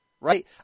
Right